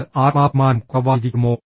അത് ആത്മാഭിമാനം കുറവായിരിക്കുമോ